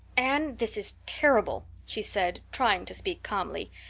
anne, this is terrible, she said, trying to speak calmly.